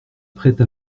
prête